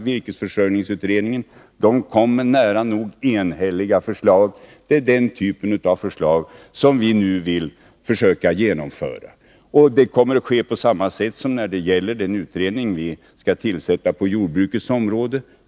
Virkesförsörjningsutredningen kom med nära nog enhälliga förslag. Det är dessa förslag som vi nu vill försöka genomföra. Det kommer att ske på samma sätt som när det gäller den utredning som vi skall tillsätta på jordbrukets område.